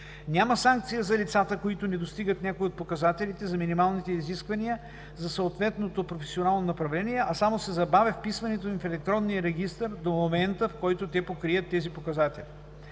Няма санкция за лицата, които не достигат някои от показателите за минималните изисквания за съответното професионално направление, а само се забавя вписването им в електронния регистър до момента, в който те покрият тези показатели.